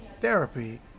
therapy